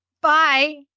Bye